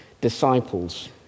disciples